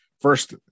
first